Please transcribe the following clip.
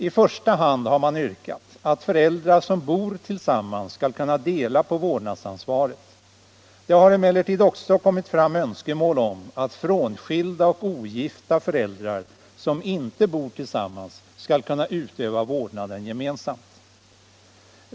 I första hand har man yrkat att föräldrar som bor tillsammans skall kunna dela på vårdnadsansvaret. Det har emellertid också kommit fram önskemål om att frånskilda och ogifta föräldrar som inte bor tillsammans skall kunna utöva vårdnaden gemensamt.